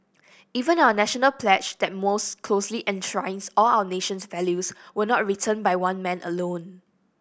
even are national pledge that most closely enshrines all our nation's values was not written by one man alone